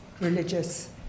religious